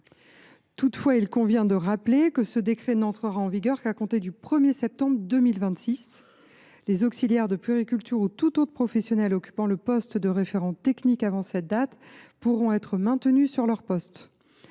Toutefois, ce décret n’entrera en vigueur qu’à compter du 1 septembre 2026. Les auxiliaires de puériculture ou tout autre professionnel occupant le poste de référent technique avant cette date pourront être maintenus sur leurs postes.